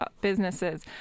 businesses